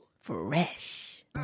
fresh